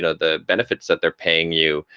the benefits that they're paying you?